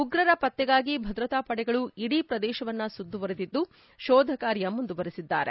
ಉಗ್ರರರ ಪತ್ತೆಗಾಗಿ ಭದ್ರಾತಾ ಪಡೆಗಳು ಇದೀ ಪ್ರದೇಶವನ್ನು ಸುತ್ತುವರೆದಿದ್ದು ಶೋಧಕಾರ್ಯ ಮುಂದುವರೆಸಿದ್ದಾರೆ